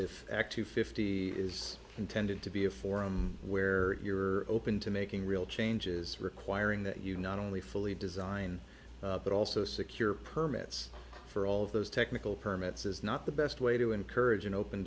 if act two fifty is intended to be a forum where you're open to making real changes requiring that you not only fully design but also secure permits for all of those technical permits is not the best way to encourage an open